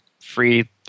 free